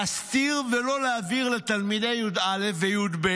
להסתיר ולא להעביר לתלמידי י"א וי"ב